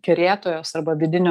kerėtojos arba vidinio